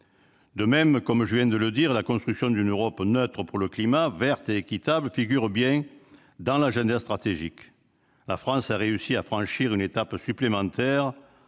De même, comme je viens de le souligner, la construction d'une Europe neutre pour le climat, verte et équitable figure bien dans l'agenda stratégique. La France a réussi à franchir une étape supplémentaire,